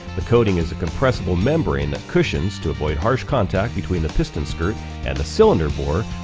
the coating is a compressible membrane that cushions to avoid harsh contact between the piston skirt and the cylinder bore.